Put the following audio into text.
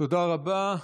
תודה רבה.